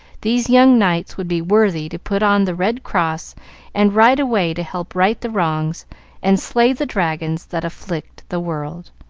these young knights would be worthy to put on the red cross and ride away to help right the wrongs and slay the dragons that afflict the world.